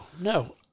no